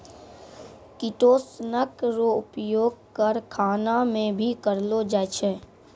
किटोसनक रो उपयोग करखाना मे भी करलो जाय छै